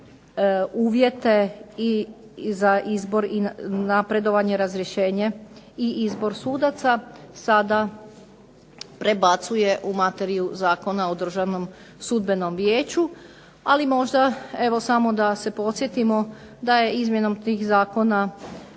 uvjete za izbor i napredovanje, razrješenje i izbor sudaca sada prebacuje u materiju Zakona o državnom sudbenom vijeću. Ali možda evo samo da se podsjetimo da je izmjenom tih zakona